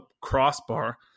crossbar